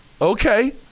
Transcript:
okay